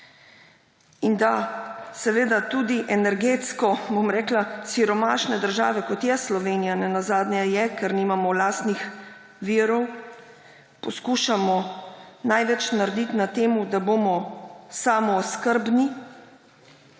in da tudi energetsko siromašne države, kot Slovenija nenazadnje je, ker nimamo lastnih virov, poskušamo največ narediti na tem, da bomo samooskrbni